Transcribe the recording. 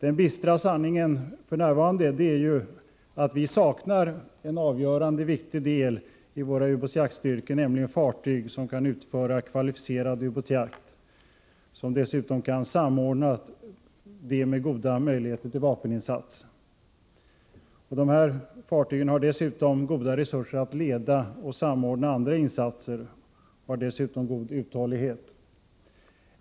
Den bistra sanningen är att vi f.n. saknar en avgörande och viktig del i våra ubåtsjaktstyrkor, nämligen fartyg som kan utföra kvalificerad ubåtsjakt samtidigt som de har goda möjligheter till vapeninsats. Sådana fartyg har dessutom goda resurser att leda och samordna andra insatser, och de har god uthållighet.